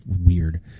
weird